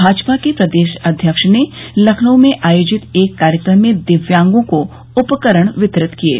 भाजपा के प्रदेश अध्यक्ष ने लखनऊ में आयोजित एक कार्यक्रम में दिव्यांगों को उपकरण वितरित किये